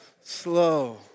slow